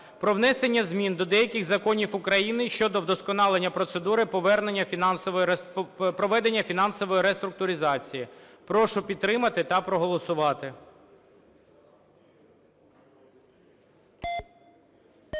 про внесення змін до деяких законів України щодо вдосконалення процедури повернення фінансової реструктуризації. Прошу підтримати та проголосувати.